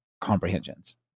comprehensions